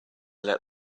let